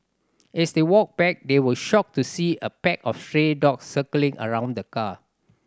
as they walked back they were shocked to see a pack of stray dogs circling around the car